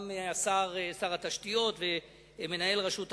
גם שר התשתיות וגם מנהל רשות המים.